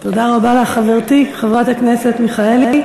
תודה רבה לך, חברתי חברת הכנסת מיכאלי.